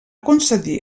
concedir